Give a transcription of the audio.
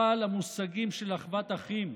אבל המושגים של אחוות אחים,